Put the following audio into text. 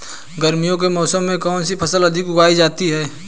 गर्मियों के मौसम में कौन सी फसल अधिक उगाई जाती है?